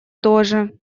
тоже